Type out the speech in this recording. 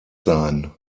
sein